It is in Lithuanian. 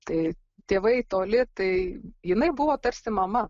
tai tėvai toli tai jinai buvo tarsi mama